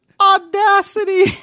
audacity